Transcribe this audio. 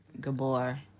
gabor